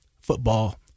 football